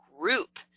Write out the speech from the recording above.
group